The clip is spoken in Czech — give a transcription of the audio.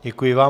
Děkuji vám.